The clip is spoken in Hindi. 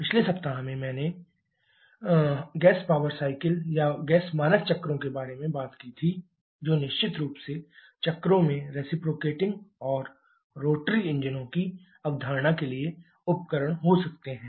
पिछले सप्ताह में हमने गैस पावर साइकिल या गैस मानक चक्रों के बारे में बात की थी जो निश्चित रूप से चक्रों में रेसिप्रोकेटिंग और रोटरी इंजनों की अवधारणा के लिए उपकरण हो सकते हैं